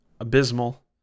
abysmal